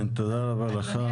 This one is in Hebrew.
כן, תודה רבה לך.